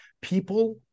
People